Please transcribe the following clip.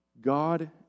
God